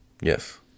Yes